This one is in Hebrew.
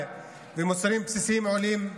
ומוצרים בסיסיים עולים.